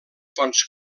fonts